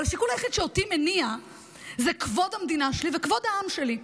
אבל השיקול היחיד שאותי מניע הוא כבוד המדינה שלי וכבוד העם שלי.